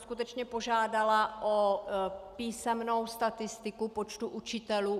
Skutečně bych požádala o písemnou statistiku počtu učitelů.